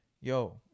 yo